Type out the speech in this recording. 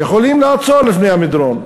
יכולים לעצור לפני המדרון,